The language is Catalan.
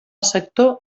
sector